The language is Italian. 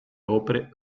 opere